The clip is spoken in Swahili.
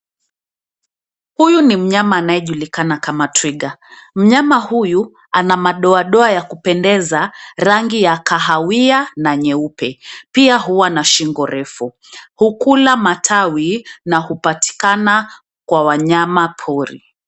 Huyu ni mnyama anayejulikana kama twiga. Mnyama huyu ana madoa doa ya kupendeza, rangi ya kahawia na nyeupe. Pia huwa na shingo refu. Hukula matawi na hupatikana kwa wanyama pori.